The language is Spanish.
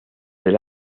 del